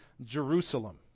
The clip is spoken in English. Jerusalem